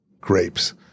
grapes